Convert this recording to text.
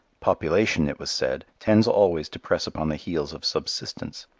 population, it was said, tends always to press upon the heels of subsistence.